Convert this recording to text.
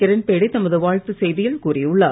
கிரண்பேடி தமது வாழ்த்து செய்தியில் கூறியுள்ளார்